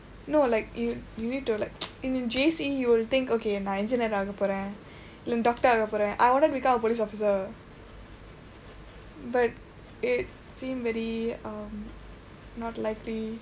no like you you need to like in J_C you will think okay நான்:naan engineer ஆக போறேன் இல்ல:aaka pooreen illa doctor ஆக போறேன்:aaka pooreen but I wanted to become a police officer but it seem very um not likely